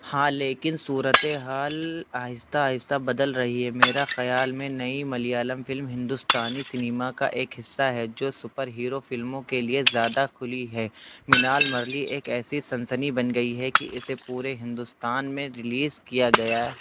ہاں لیکن صورت حال آہستہ آہستہ بدل رہی ہے میرا خیال میں نئی ملیالم فلم ہندوستانی سنیما کا ایک حصہ ہے جو سپر ہیرو فلموں کے لیے زیادہ کھلی ہے منال مرلی ایک ایسی سنسنی بن گئی ہے کہ اسے پورے ہندوستان میں ریلیز کیا گیا